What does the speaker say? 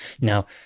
Now